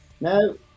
No